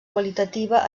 qualitativa